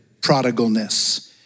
prodigalness